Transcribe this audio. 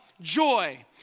Joy